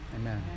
Amen